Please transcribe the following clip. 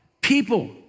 people